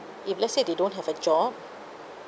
if let's say they don't have a job